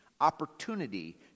opportunity